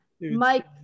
Mike